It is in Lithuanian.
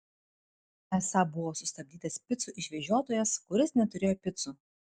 esą buvo sustabdytas picų išvežiotojas kuris neturėjo picų